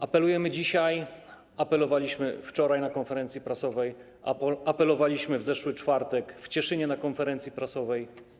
Apelujemy dzisiaj, apelowaliśmy wczoraj na konferencji prasowej, apelowaliśmy w zeszły czwartek w Cieszynie na konferencji prasowej.